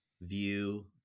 view